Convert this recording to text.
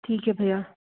ठीक है भैया